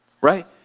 right